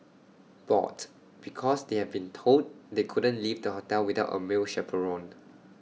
bored because they have been told they couldn't leave the hotel without A male chaperone